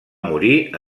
morir